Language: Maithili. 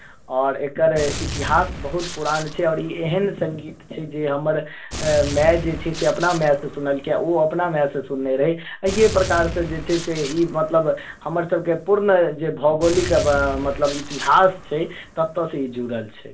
आओर एकर इतिहास बहुत पुरान छै आओर ई एहन सङ्गीत छै जे हमर माय जे छै से अपना मायसँ सुनलकै आ ओ अपना मायसँ सुनने रहय अहिए प्रकारसँ जे छै से ई मतलब हमरसभके पूर्ण जे भौगोलिक मतलब इतिहास छै ततयसँ ई जुड़ल छै